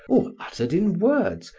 or uttered in words,